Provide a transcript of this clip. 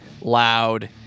loud